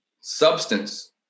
substance